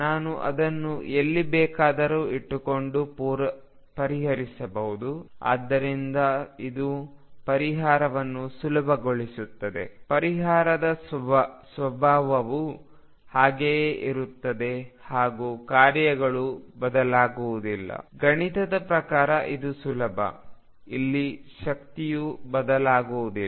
ನಾನು ಅದನ್ನು ಎಲ್ಲಿ ಬೇಕಾದರೂ ಇಟ್ಟುಕೊಂಡು ಪರಿಹರಿಸಬಹುದು ಆದ್ದರಿಂದ ಇದು ಪರಿಹಾರವನ್ನು ಸುಲಭಗೊಳಿಸುತ್ತದೆ ಪರಿಹಾರದ ಸ್ವಭಾವವು ಹಾಗೆಯೇ ಇರುತ್ತದೆ ಹಾಗೂ ಕಾರ್ಯಗಳು ಬದಲಾಗುವುದಿಲ್ಲ ಗಣಿತದ ಪ್ರಕಾರ ಇದು ಸುಲಭ ಇಲ್ಲಿ ಶಕ್ತಿಯು ಬದಲಾಗುವುದಿಲ್ಲ